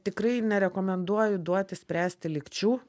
tikrai nerekomenduoju duoti spręsti lygčių